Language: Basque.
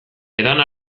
edan